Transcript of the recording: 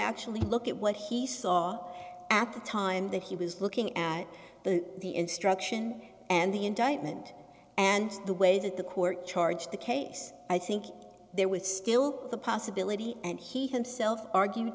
actually look at what he saw at the time that he was looking at the the instruction and the indictment and the way that the court charged the case i think there was still the possibility and he himself argued